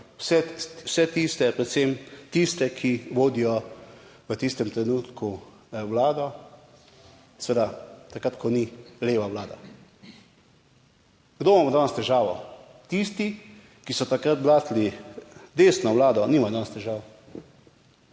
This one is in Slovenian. vse tiste, predvsem tiste, ki vodijo v tistem trenutku vlado - seveda takrat, ko ni leva vlada. Kdo ima danes težavo? Tisti, ki so takrat blatili desno vlado, nimajo danes težav.